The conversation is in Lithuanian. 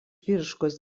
vyriškos